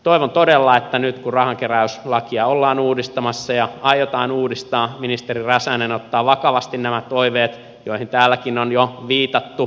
toivon todella että nyt kun rahankeräyslakia ollaan uudistamassa ja aiotaan uudistaa ministeri räsänen ottaa vakavasti nämä toiveet joihin täälläkin on jo viitattu